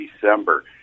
December